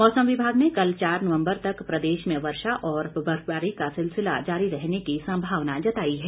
मौसम विभाग ने कल चार नवम्बर तक प्रदेश में वर्षा और बर्फबारी का सिलसिला जारी रहने की संभावना जताई है